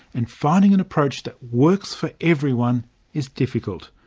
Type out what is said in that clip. and finding an approach that works for everyone is difficult.